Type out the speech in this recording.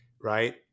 right